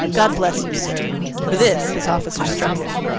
god bless you, sir for this, his officer struck him.